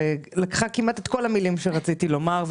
כי היא לקחה כמעט את כל המילים שרציתי לומר.